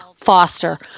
foster